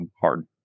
hard